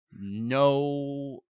no